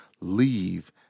leave